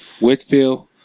Whitfield